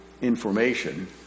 information